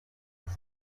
was